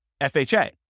FHA